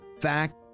fact